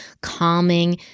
calming